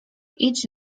idź